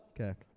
Okay